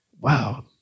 wow